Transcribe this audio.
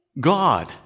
God